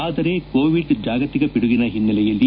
ಆದರೆ ಕೋವಿಡ್ ಜಾಗತಿಕ ಪಿಡುಗಿನ ಹಿನ್ನೆಲೆಯಲ್ಲಿ